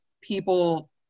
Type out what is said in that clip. people